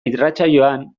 irratsaioan